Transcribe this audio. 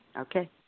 Okay